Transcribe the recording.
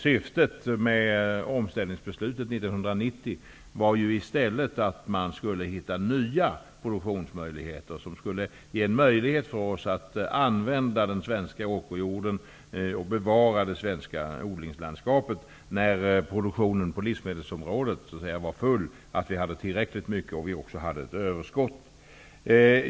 Syftet med omställningsbeslutet 1990 var i stället att man skulle finna nya produktionsmöjligheter som skulle ge en möjlighet att använda den svenska åkerjorden och att bevara det svenska odlingslandskapet när produktionen på livsmedelsområdet var fylld, dvs. när den var tillräcklig och det också fanns ett överskott.